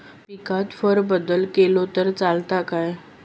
पिकात फेरबदल केलो तर चालत काय?